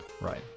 Right